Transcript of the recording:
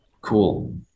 Cool